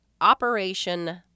Operation